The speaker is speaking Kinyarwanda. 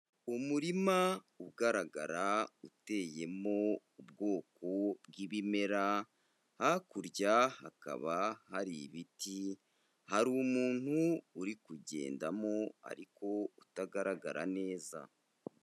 Umurima ugaragara uteyemo ubwoko bw'ibimera, hakurya hakaba hari ibiti hari umuntu uri kugendamo ariko utagaragara neza.